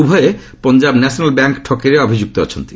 ଉଭୟ Punjab National Bank ଠକେଇରେ ଅଭିଯୁକ୍ତ ଅଛନ୍ତି